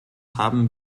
haben